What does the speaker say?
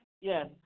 yes